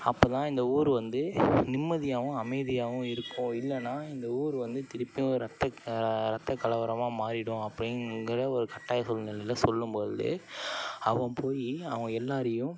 அப்போ தான் இந்த ஊர் வந்து நிம்மதியாகவும் அமைதியாகவும் இருக்கும் இல்லைன்னா இந்த ஊர் வந்து திருப்பியும் ரத்த ரத்த கலவரமாக மாறிவிடும் அப்படிங்கிற ஒரு கட்டாய சூழ்நிலையில சொல்லும் பொழுது அவன் போய் அவன் எல்லாேரையும்